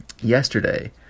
yesterday